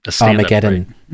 Armageddon